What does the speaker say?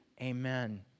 Amen